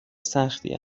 سختی